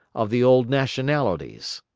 of the old nationalities.